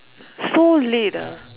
so late ah